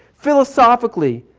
philosophically,